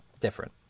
different